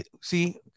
See